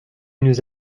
nous